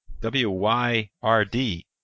W-Y-R-D